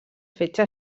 fetge